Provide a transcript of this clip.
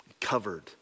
covered